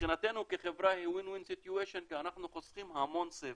מבחינתנו כחברה זה win win situation כי אנחנו חוסכים המון סבל,